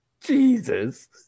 Jesus